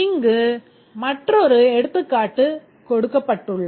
இங்கு மற்றொரு எடுத்துக்காட்டு கொடுக்கப்பட்டுள்ளது